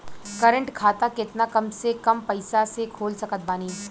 Current खाता केतना कम से कम पईसा से खोल सकत बानी?